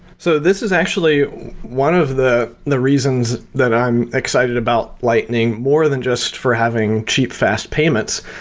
so this is actually one of the the reasons that i'm excited about lightning, more than just for having cheap fast payments,